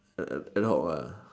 cannot what